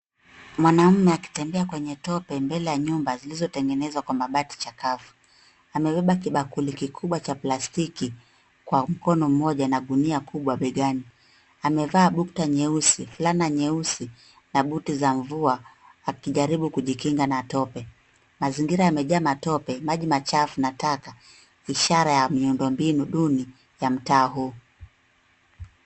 Mwanaume akitembea kwenye tope mbele ya nyumba zilizotengenezwa kwa mabati chakavu. Amebeba kibakuli kikubwa cha plastiki kwa mkono moja na gunia kubwa begani. Amevaa bukta nyeusi, fulana nyeusi na buti za mvua akijaribu kujikinga na tope. Mazingira yamejaa matope, maji machafu na taka, ishara ya miundo mbinu duni ya mtaa huu.